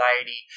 anxiety